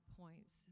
points